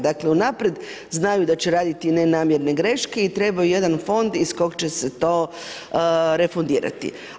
Dakle unaprijed znaju da će raditi nenamjerne greške i trebaju jedan fond iz kog će se to refundirati.